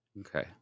Okay